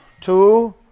Two